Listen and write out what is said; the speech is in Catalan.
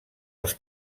els